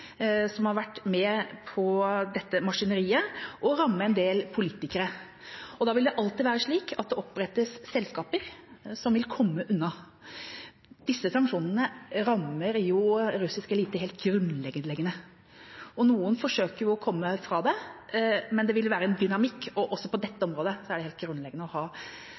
som har vært med på dette maskineriet, og ramme en del politikere. Da vil det alltid være slik at det opprettes selskaper som vil komme unna. Disse sanksjonene rammer russisk elite helt grunnleggende, og noen forsøker jo å komme fra det. Men det vil være en dynamikk, og også på dette området er det helt grunnleggende å ha